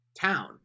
town